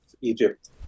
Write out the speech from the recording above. egypt